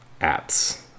apps